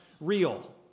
real